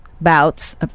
bouts